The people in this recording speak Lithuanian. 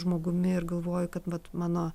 žmogumi ir galvoju kad vat mano